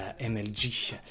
MLG